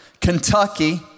Kentucky